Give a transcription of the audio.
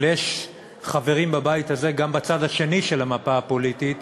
אבל יש בבית הזה גם בצד השני של המפה הפוליטית